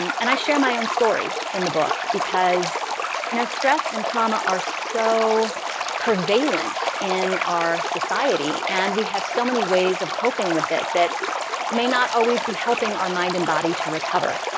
um and i share my own story in the book because you know stress and trauma are so prevalent in our society. and we have so many ways of coping with it that may not always be helping our mind and body to recover.